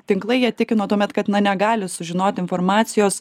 tinklai jie tikino tuomet kad na negali sužinot informacijos